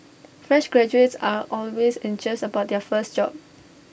fresh graduates are always anxious about their first job